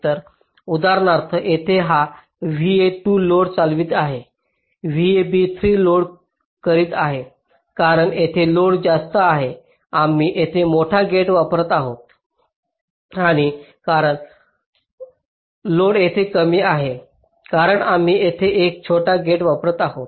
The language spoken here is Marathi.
तर उदाहरणार्थ येथे हा VA 2 लोड चालवित आहे VB 3 लोड करीत आहे कारण येथे लोड जास्त आहे आम्ही येथे मोठा गेट वापरत आहोत आणि कारण लोड येथे कमी आहे कारण आम्ही येथे एक छोटा गेट वापरत आहोत